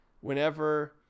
whenever